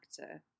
actor